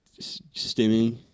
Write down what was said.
Stimming